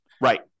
Right